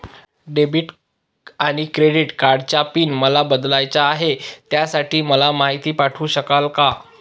Debit आणि credit कार्डचा pin मला बदलायचा आहे, त्यासाठी मला माहिती पाठवू शकाल का?